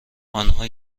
آنها